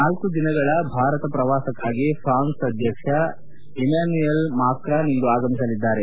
ನಾಲ್ಕು ದಿನಗಳ ಭಾರತ ಪ್ರವಾಸಕ್ಕಾಗಿ ಫ್ರಾನ್ಸ್ ಅಧ್ವಕ್ಷ ಇಮ್ಹಾನುಯೆಲ್ ಮಾಕ್ರಾನ್ ಇಂದು ಆಗಮಿಸಲಿದ್ದಾರೆ